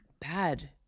bad